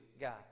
God